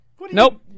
Nope